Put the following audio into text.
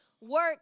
work